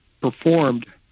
performed